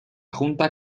junta